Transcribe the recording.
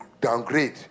downgrade